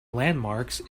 landmarks